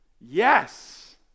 Yes